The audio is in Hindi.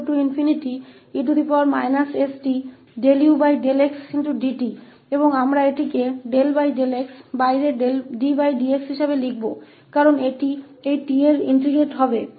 और हम इस x को बाहर ddx के रूप में लिखेंगे क्योंकि इसे इस t पर इंटेग्रटिंग किया जाएगा